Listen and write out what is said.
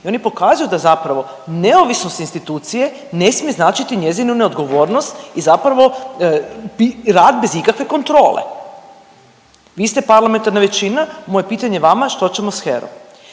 i oni pokazuju da zapravo neovisnost institucije ne smije značiti njezinu neodgovornost i zapravo rad bez ikakve kontrole. Vi ste parlamentarna većina, moje pitanje vama, što ćemo s HERA-om?